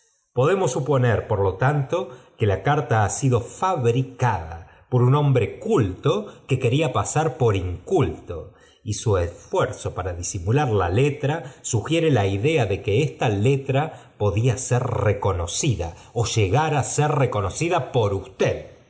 podemos suponer por lo tanto que la carta ha bido fabricada por un hombre quito que quería pasar por inculto y su esfuerzo para disimular la letra sugiere la idea de que esta letra podía ser reconocida ó llegar á ser reconocida por usted